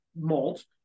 malt